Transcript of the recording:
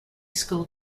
school